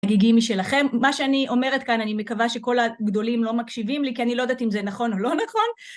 נגיד גימי שלכם, מה שאני אומרת כאן, אני מקווה שכל הגדולים לא מקשיבים לי, כי אני לא יודעת אם זה נכון או לא נכון.